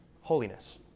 Holiness